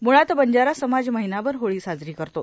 मुळात बंजारा समाज महिनाभर होळी साजरी करतो